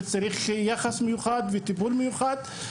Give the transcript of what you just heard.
וצריכים יחס מיוחד וטיפול מיוחד.